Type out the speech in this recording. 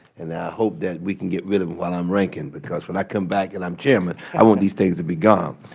and i i hope that we can get rid of while i am ranking, because when i come back and i am chairman, i want these things um